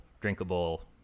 drinkable